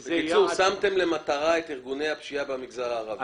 בקיצור, שמתם למטרה את ארגוני הפשיעה במגזר הערבי.